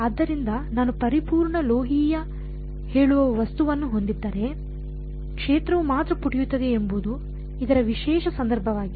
ಆದ್ದರಿಂದ ನಾನು ಪರಿಪೂರ್ಣ ಲೋಹೀಯ ಹೇಳುವ ವಸ್ತುವನ್ನು ಹೊಂದಿದ್ದರೆ ಕ್ಷೇತ್ರವು ಮಾತ್ರ ಪುಟಿಯುತ್ತದೆ ಎಂಬುದು ಇದರ ವಿಶೇಷ ಸಂದರ್ಭವಾಗಿದೆ